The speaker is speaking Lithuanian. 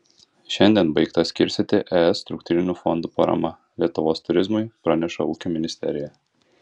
šiandien baigta skirstyti es struktūrinių fondų parama lietuvos turizmui praneša ūkio ministerija